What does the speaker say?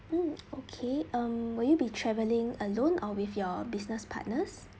mm okay um will you be traveling alone or with your business partners